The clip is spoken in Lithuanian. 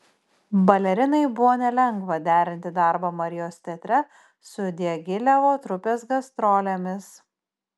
balerinai buvo nelengva derinti darbą marijos teatre su diagilevo trupės gastrolėmis